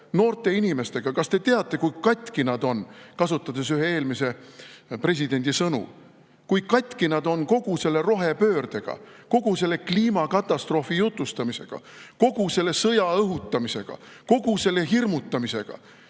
noorte inimestega? Kas te teate, kui katki nad on, kasutades ühe eelmise presidendi sõnu? Kui katki nad on kogu selle rohepöörde, kogu selle kliimakatastroofist jutustamise, kogu selle sõja õhutamise, kogu selle hirmutamise